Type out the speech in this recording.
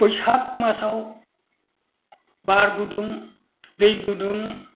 बैसाग मासाव बार गुदुं दै गुदुं